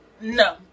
No